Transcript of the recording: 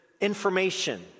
information